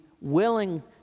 willing